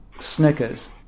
Snickers